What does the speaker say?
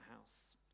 house